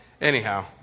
Anyhow